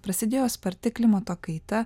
prasidėjo sparti klimato kaita